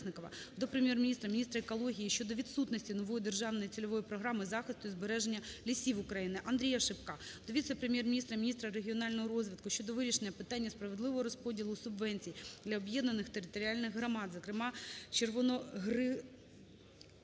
до Прем'єр-міністра, міністра екології щодо відсутності нової державної цільової програми захисту і збереження лісів України. АндріяШипка до віце-прем’єр-міністра - міністра регіонального розвитку щодо вирішення питання справедливого розподілу субвенцій для об'єднаних територіальний громад (зокрема Червоногригорівської